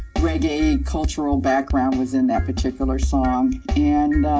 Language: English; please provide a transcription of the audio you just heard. reggae cultural background was in that particular song. and,